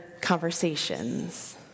conversations